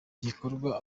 gikorwa